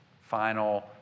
final